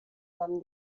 some